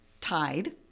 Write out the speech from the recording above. tide